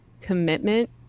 commitment